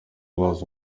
laws